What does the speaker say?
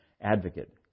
Advocate